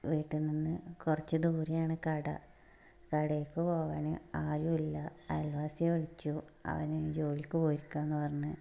വീട്ടിൽ നിന്ന് കുറച്ച് ദൂരെയാണ് കട കടയിലേക്കു പോകാൻ ആരുമില്ല അയൽവാസിയെ വിളിച്ചു അവൻ ജോലിക്ക് പോയിരിക്കാ എന്നു പറഞ്ഞു